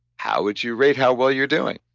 how would you rate how well you're doing?